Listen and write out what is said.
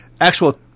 actual